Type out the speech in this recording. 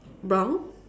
brown